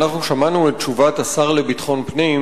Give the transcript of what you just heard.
אנחנו שמענו את תשובת השר לביטחון פנים,